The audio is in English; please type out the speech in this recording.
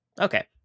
Okay